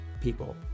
people